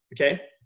okay